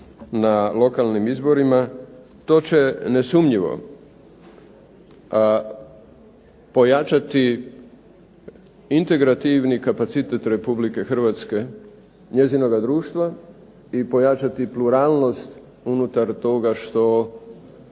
na lokalnim izborima, to će nesumnjivo pojačati integrativni kapacitet Republike Hrvatske, njezinoga društva i pojačati pluralnost unutar toga što